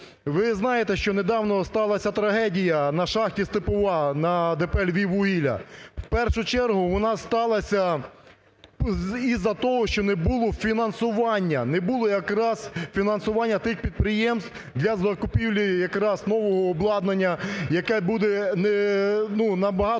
Ви знаєте. що недавно сталася трагедія на шахті "Степова" на ДП "Львіввугілля", в першу чергу вона сталася із-за того, що не було фінансування, не було якраз фінансування тих підприємств для закупівлі якраз нового обладнання, яке буде, ну, набагато